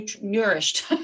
nourished